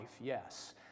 yes